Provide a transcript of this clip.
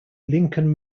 lincoln